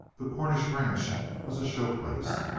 the cornish ranch was a show place.